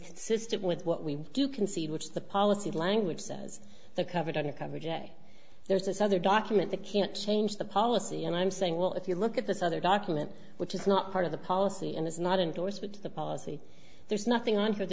consistent with what we do concede which the policy language says the covered under cover day there's this other document the can't change the policy and i'm saying well if you look at this other document which is not part of the policy and it's not endorsed but the policy there's nothing